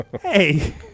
hey